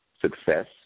success